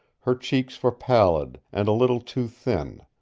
her cheeks were pallid, and a little too thin,